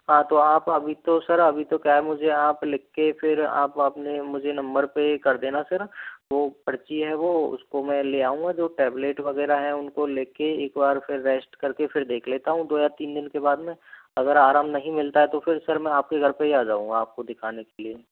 हाँ तो आप अभी तो सर अभी तो क्या है मुझे आप लिख के फ़िर आप अपने मुझे नम्बर पे कर देना सर वो पर्ची है वो उसको मैं ले आऊंगा जो टेबलेट वगैरह है उनको लेके एक बार फ़िर रेस्ट करके फ़िर देख लेता हूँ दो या तीन दिन के बाद में अगर आराम नहीं मिलता है तो फ़िर सर मैं आप के घर पे ही आ जाऊँगा आप को दिखाने के लिए